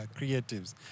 creatives